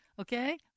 Okay